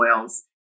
oils